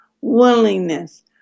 willingness